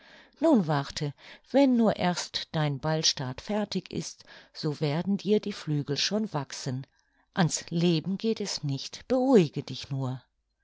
nun warte wenn nur erst dein ballstaat fertig ist so werden dir die flügel schon wachsen ans leben geht es nicht beruhige dich nur